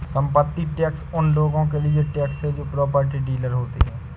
संपत्ति टैक्स उन लोगों के लिए टैक्स है जो प्रॉपर्टी डीलर होते हैं